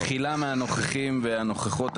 מחילה מהנוכחים ומהנוכחות,